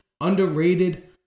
underrated